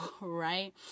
right